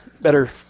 better